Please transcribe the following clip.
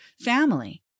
family